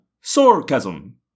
sarcasm